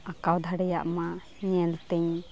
ᱟᱸᱠᱟᱣ ᱫᱟᱲᱮᱭᱟᱜ ᱢᱟ ᱧᱮᱞᱛᱮᱧ